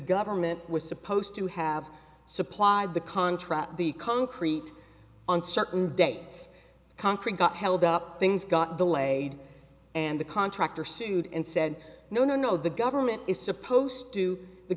government was supposed to have supplied the contract the concrete uncertain day it's concrete got held up things got delayed and the contractor sued and said no no no the government is supposed to the